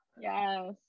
Yes